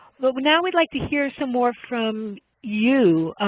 well, but now we'd like to hear so more from you.